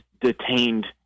detained